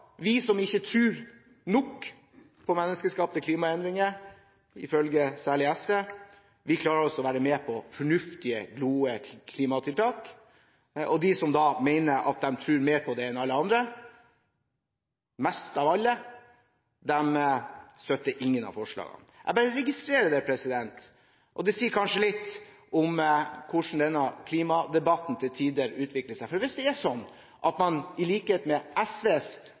vi som ikke tror nok på menneskeskapte klimaendringer, ifølge særlig SV, klarer å være med på fornuftige og gode klimatiltak. De som tror mer på menneskeskapte klimaendringer enn alle andre – mest av alle – de støtter altså ingen av forslagene. Jeg bare registrerer det, og det sier kanskje litt om hvordan denne klimadebatten til tider utvikler seg. Hvis det er slik at man virkelig tror på SVs,